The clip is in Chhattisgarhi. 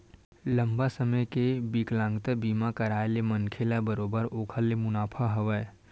लंबा समे के बिकलांगता बीमा कारय ले मनखे ल बरोबर ओखर ले मुनाफा हवय